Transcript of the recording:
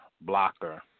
Blocker